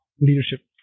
leadership